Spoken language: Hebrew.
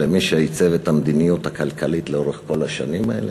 למי שעיצב את המדיניות הכלכלית לאורך כל השנים האלה?